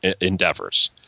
endeavors